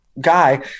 guy